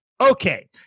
okay